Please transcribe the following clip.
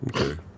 Okay